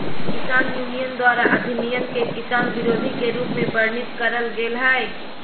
किसान यूनियन द्वारा अधिनियम के किसान विरोधी के रूप में वर्णित करल गेल हई